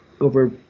Over